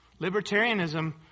libertarianism